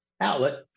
outlet